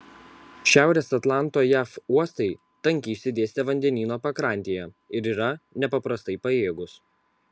šiaurės atlanto jav uostai tankiai išsidėstę vandenyno pakrantėje ir yra nepaprastai pajėgūs